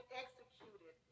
executed